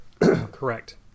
Correct